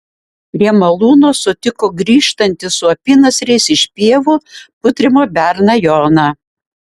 prie malūno sutiko grįžtantį su apynasriais iš pievų putrimo berną joną